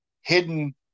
hidden